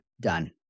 done